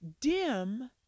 Dim